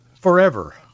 forever